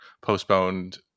postponed